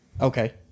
Okay